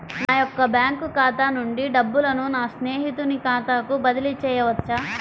నా యొక్క బ్యాంకు ఖాతా నుండి డబ్బులను నా స్నేహితుని ఖాతాకు బదిలీ చేయవచ్చా?